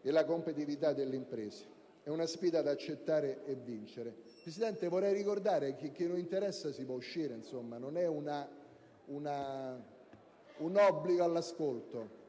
e la competitività delle imprese. È una sfida da accettare e vincere. *(Brusìo).* Signor Presidente, vorrei ricordare che chi non ha interesse al dibattito può uscire: non c'è un obbligo all'ascolto.